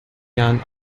jahren